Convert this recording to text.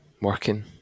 working